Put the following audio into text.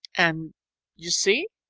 and you see!